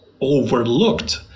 overlooked